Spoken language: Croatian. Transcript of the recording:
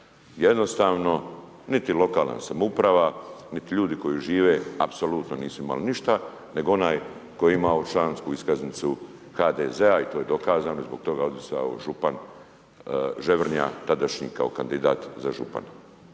jednostavno niti lokalna samouprava niti ljudi koji žive apsolutno nisu imali ništa nego onaj koji je imao člansku iskaznicu HDZ-a i to je dokazano i zbog toga je odustao župan Ževrnja, tadašnji kao kandidat za župana.